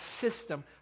system